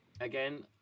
again